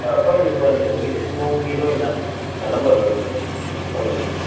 ꯑꯥ ꯐꯪꯒꯅꯤ ꯐꯪꯒꯅꯤ ꯑꯗꯨꯒꯤꯗꯤ ꯁꯪꯒꯣꯝꯒꯤ ꯂꯣꯏꯅ ꯑꯅꯝꯕ ꯂꯣꯏꯅ ꯑꯗꯨꯝ ꯐꯪꯒꯅꯤ ꯑꯗꯨꯝ